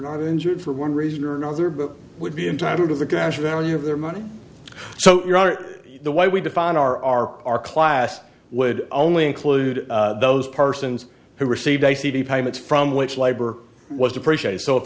not injured for one reason or another group would be entitled to the garage value of their money so here are the way we define our our our class would only include those persons who received a cd payments from which labor was depreciated so if